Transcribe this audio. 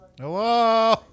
Hello